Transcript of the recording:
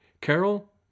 Carol